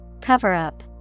Cover-up